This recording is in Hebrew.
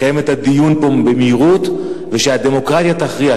לקיים את הדיון פה במהירות ושהדמוקרטיה תכריע.